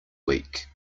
week